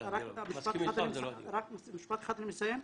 רק משפט אחד ואני מסיים.